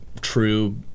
true